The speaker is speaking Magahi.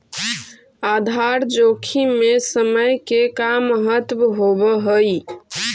आधार जोखिम में समय के का महत्व होवऽ हई?